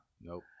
Nope